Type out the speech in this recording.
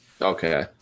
Okay